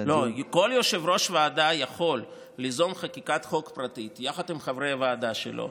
כל יושב-ראש ועדה יכול ליזום חקיקת חוק פרטית יחד עם חברי הוועדה שלו,